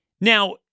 Now